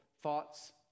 thoughts